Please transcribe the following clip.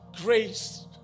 grace